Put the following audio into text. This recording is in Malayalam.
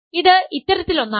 ഇത് ഇത്തരത്തിലൊന്നാണ്